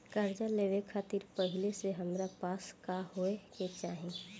कर्जा लेवे खातिर पहिले से हमरा पास का होए के चाही?